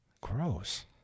Gross